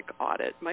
audit